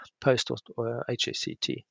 post-HACT